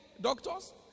doctors